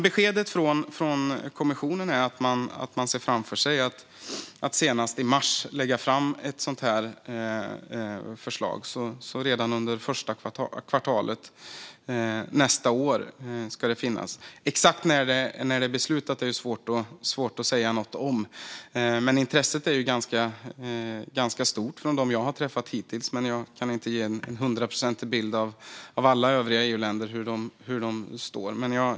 Beskedet från kommissionen är att man ser framför sig att senast i mars lägga fram ett förslag. Redan under första kvartalet nästa år ska det finnas. Exakt när det ska beslutas är svårt att säga något om. Intresset är ganska stort från dem jag har träffat hittills. Men jag kan inte ge en hundraprocentig bild av hur alla övriga EU-länder står.